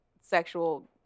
sexual